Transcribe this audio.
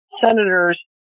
senators